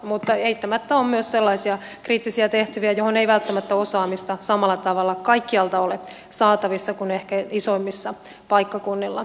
mutta eittämättä on myös sellaisia kriittisiä tehtäviä joihin ei välttämättä osaamista samalla tavalla kaikkialta ole saatavissa kuin ehkä isoimmilla paikkakunnilla on